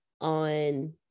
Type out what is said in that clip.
on